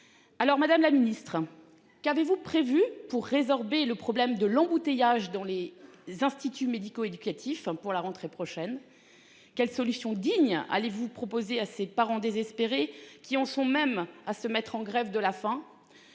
Alors Madame la Ministre qu'avez-vous prévu pour résorber le problème de l'embouteillage dans les instituts médico- éducatifs pour la rentrée prochaine. Quelle solution digne allez vous proposer à ses parents désespérés qui en sont même à se mettre en grève de la faim.